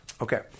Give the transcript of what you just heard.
Okay